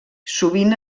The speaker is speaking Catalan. sovint